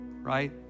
right